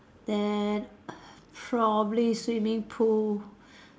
then probably swimming pool